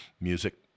music